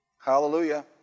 Hallelujah